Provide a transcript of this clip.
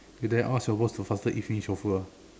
you dare to ask your boss to faster eat finish your food ah